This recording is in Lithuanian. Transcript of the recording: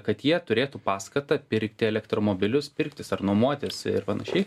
kad jie turėtų paskatą pirkti elektromobilius pirktis ar nuomotis ir panašiai